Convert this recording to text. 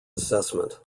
assessment